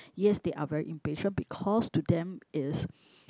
yes they are very impatient because to them is